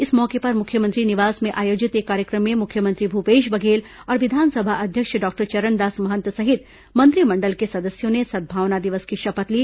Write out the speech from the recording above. इस मौके पर मुख्यमंत्री निवास में आयोजित एक कार्यक्रम में मुख्यमंत्री भूपेश बधेल और विधानसभा अध्यक्ष डॉक्टर चरणदास महंत सहित मंत्रिमंडल के सदस्यों ने सद्भावना दिवस की शपथ ली